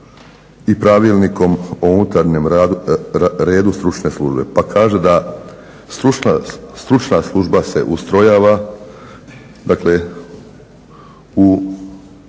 i Pravilnikom o unutarnjem redu Stručne službe. Pa kaže da Stručna služba se ustrojava, dakle u